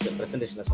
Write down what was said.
presentation